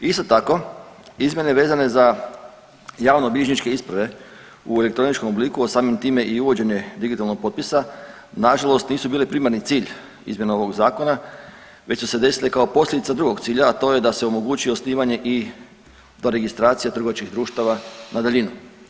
Isto tako, izmjene vezane za javnobilježničke isprave u elektroničkom obliku a samim time i uvođenje digitalnog potpisa na žalost nisu bile primarni cilj ovoga zakona već su se desile kao posljedica drugog cilja, a to je je da se omogući osnivanje i doregistracija trgovačkih društava na daljinu.